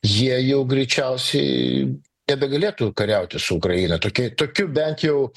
jie jau greičiausiai nebegalėtų kariauti su ukraina tokia tokiu bent jau